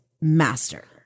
master